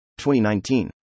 2019